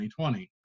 2020